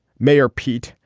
mayor pete.